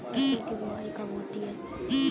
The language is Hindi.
सरसों की बुआई कब होती है?